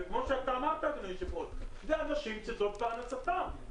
אלו אנשים שזו פרנסתם,